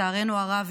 לצערנו הרב,